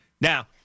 now